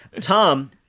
Tom